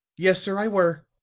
yes, sir, i were,